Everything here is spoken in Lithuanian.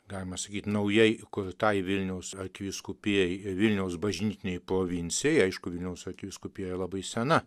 galima sakyt naujai įkurtai vilniaus arkivyskupijai vilniaus bažnytinei provincijai aišku vilniaus arkivyskupija labai sena